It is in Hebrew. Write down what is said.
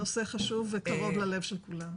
נושא שקרוב ללב כולם.